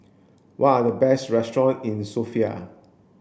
what are the best restaurants in Sofia